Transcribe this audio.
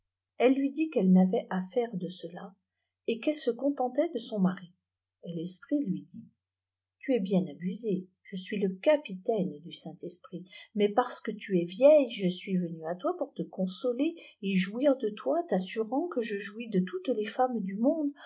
fle lui dit qu'elle n'avait aifè de eefla et qu'elle se contentait de son mari et l'esprit lui dît k ta es bien ôbuséei je uis le capitaine du saint-esprit mafs parce que tn es vieille je suis venu à toi pour te consoler et jouir de toi t'ssiirant que je jouis de toutes les femmes du monde